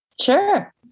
Sure